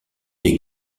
des